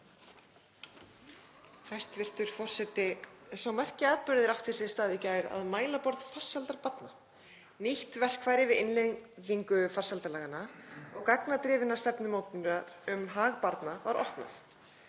Sá merki atburður átti sér stað í gær að mælaborð farsældar barna, nýtt verkfæri við innleiðingu farsældarlaganna og gagnadrifinnar stefnumótunar um hag barna, var opnað.